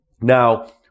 Now